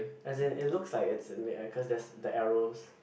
as in it looks like it's in the air cause there's the arrows